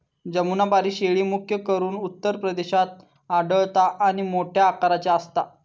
जमुनापारी शेळी, मुख्य करून उत्तर प्रदेशात आढळता आणि मोठ्या आकाराची असता